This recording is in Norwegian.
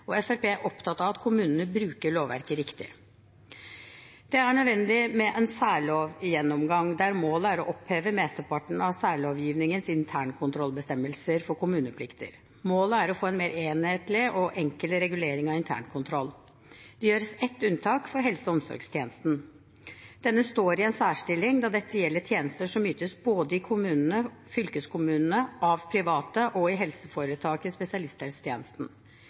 og Fremskrittspartiet er opptatt av at kommunene bruker lovverket riktig. Det er nødvendig med en særlovgjennomgang der målet er å oppheve mesteparten av særlovgivningens internkontrollbestemmelser for kommuneplikter. Målet er å få en mer enhetlig og enkel regulering av internkontroll. Det gjøres et unntak for helse- og omsorgstjenesten. Denne står i en særstilling, da dette gjelder tjenester som ytes både i kommunen, fylkeskommunen, av private og i helseforetak i spesialisthelsetjenesten.